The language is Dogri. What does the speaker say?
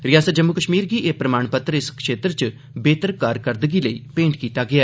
रियासत जम्मू कश्मीर गी एह प्रमाणपत्र इस क्षेत्र च बेहतर कारकरदगी लेई भेंट कीता गेआ